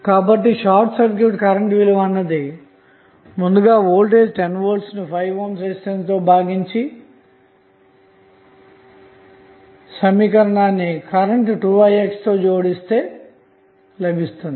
కాబట్టి short circuit current విలువ అనేది ముందుగా వోల్టేజ్ 10 V ను 5 ohm రెసిస్టెన్స్ తో భాగించిన సమీకరణం కరెంటు 2ixతో జోడిస్తే లభిస్తుంది